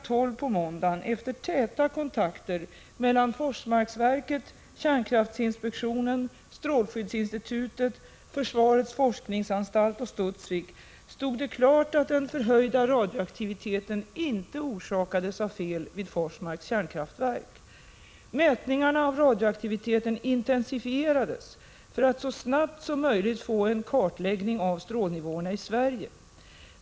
12 på måndagen, efter täta kontakter mellan Forsmarksverket, kärnkraftinspektionen, strålskyddsinstitutet, försvarets forskningsanstalt och Studsvik, stod det klart att den förhöjda radioaktiviteten inte orsakades av fel vid Forsmarks kärnkraftverk. Mätningarna av radioaktiviteten intensifierades, för att man så snabbt som möjligt skulle få en kartläggning av strålnivåerna i Sverige.